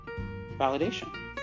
validation